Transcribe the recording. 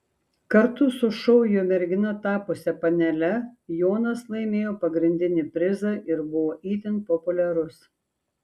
kartu su šou jo mergina tapusia panele jonas laimėjo pagrindinį prizą ir buvo itin populiarus